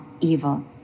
evil